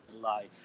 life